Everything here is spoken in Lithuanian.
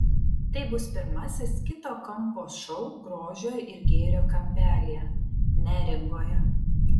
tai bus pirmasis kito kampo šou grožio ir gėrio kampelyje neringoje